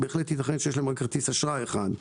בהחלט ייתכן שיש להם רק כרטיס אשראי אחד.